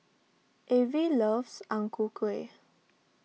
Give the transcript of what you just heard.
Avie loves Ang Ku Kueh